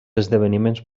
esdeveniments